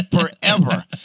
forever